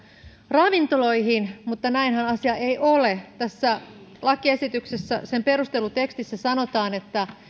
ravintoloihin mutta näinhän asia ei ole tässä lakiesityksessä sen perustelutekstissä sanotaan että